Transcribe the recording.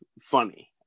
funny